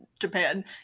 Japan